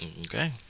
Okay